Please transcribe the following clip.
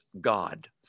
God